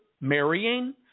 marrying